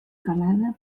calada